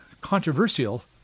controversial